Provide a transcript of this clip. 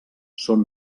són